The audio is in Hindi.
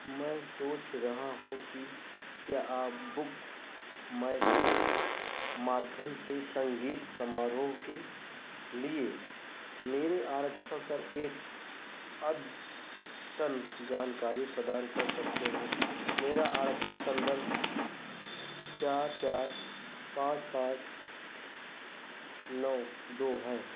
मैं सोच रहा हूँ कि क्या आप भुक माइ सो माध्यम से संगीत समारोह के लिए मेरे आरक्षण पर एक अद्यतन जानकारी प्रदान कर सकते हैं मेरा आरक्षण संदर्भ चार चार पाँच पाँच नौ दो है